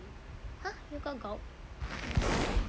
!huh! you got gout